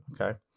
okay